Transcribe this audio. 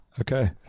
Okay